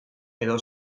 edo